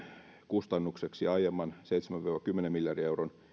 kustannukseksi aiemman seitsemän viiva kymmenen miljardin euron